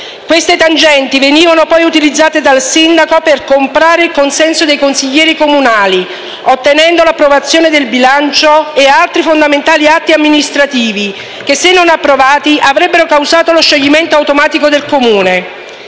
Queste tangenti venivano poi utilizzate dal sindaco per comprare il consenso dei consiglieri comunali, ottenendo l’approvazione del bilancio e altri fondamentali atti amministrativi che, se non approvati, avrebbero causato lo scioglimento automatico del Comune.